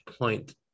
point